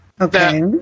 Okay